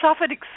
suffered